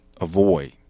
Avoid